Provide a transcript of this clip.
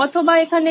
অথবা এখানে